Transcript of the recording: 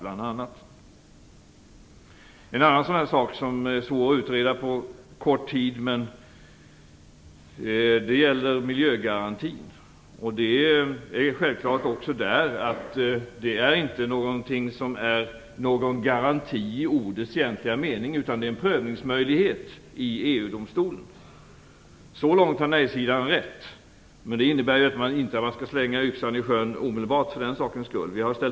En annan sak som är svår att utreda på kort tid är miljögarantin. Det är självklart att det inte är en garanti i ordets egentliga mening, utan det är en prövningsmöjlighet i EU-domstolen. Så långt har nejsidan rätt. Men det innebär inte att man för den skull omedelbart skall slänga yxan i sjön.